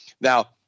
Now